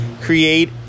create